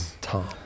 Tom